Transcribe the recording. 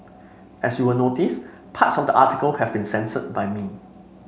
as you will notice parts of the article have been censored by me